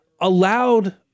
allowed